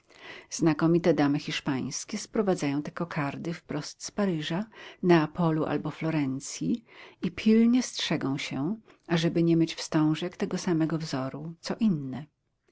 znakomite damy hiszpańskie sprowadzają te kokardy wprost z paryża neapolu albo florencji i pilnie strzegą się ażeby nie mieć wstążek tego samego wzoru co inne